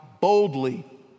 boldly